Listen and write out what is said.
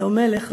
לא מלך,